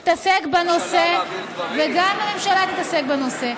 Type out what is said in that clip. יתעסק בנושא וגם הממשלה תתעסק בנושא.